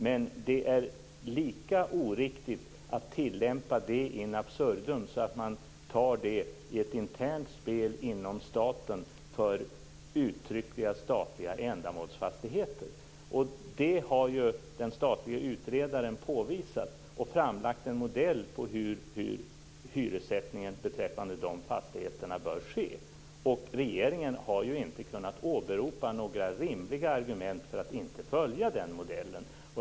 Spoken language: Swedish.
Men det är lika oriktigt att tillämpa detta in absurdum så att det blir ett internt spel inom staten för uttryckliga statliga ändamålsfastigheter. Och detta har den statliga utredaren påvisat. Han har framlagt en modell för hur hyressättningen beträffande dessa fastigheter bör ske. Regeringen har ju inte kunnat åberopa några rimliga argument för att inte följa den modellen.